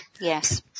Yes